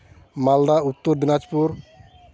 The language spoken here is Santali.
ᱢᱟᱞᱫᱟ ᱩᱛᱛᱚᱨ ᱫᱤᱱᱟᱡᱽᱯᱩᱨ